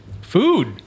Food